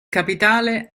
capitale